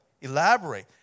elaborate